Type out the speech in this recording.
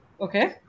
okay